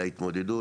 על ההתמודדות,